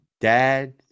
dad